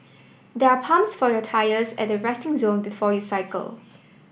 there are pumps for your tyres at the resting zone before you cycle